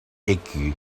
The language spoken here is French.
écus